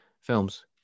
films